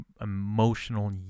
emotional